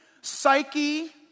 psyche